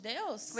Deus